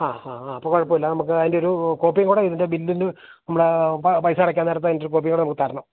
ആ ആ ആ അപ്പോള് കുഴപ്പമില്ല നമുക്ക് അതിന്റെയൊരു കോപ്പിയും കൂടെ ഇതിൻ്റെ ബില്ലിൻ്റെ നമ്മുടെ പൈസയടക്കാന് നേരത്തത്തിൻ്റെ ഒരു കോപ്പി കൂടെ നമുക്കു തരണം